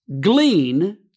Glean